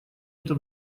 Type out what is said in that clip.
это